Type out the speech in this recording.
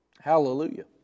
Hallelujah